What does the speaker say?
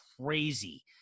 crazy